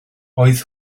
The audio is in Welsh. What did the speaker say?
oedd